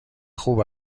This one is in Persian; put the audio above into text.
خوب